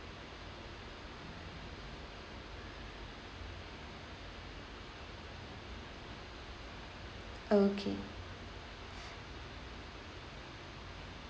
okay